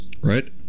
Right